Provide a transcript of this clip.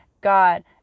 god